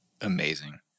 amazing